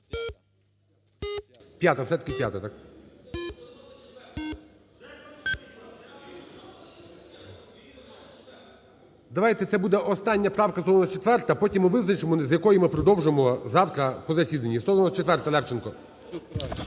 П'ята, все-таки п'ята, так. 14:14:52 За-26 Давайте це буде остання правка – 194-а. Потім ми визначимо, з якої ми продовжимо завтра по засіданні. 194-а, Левченко.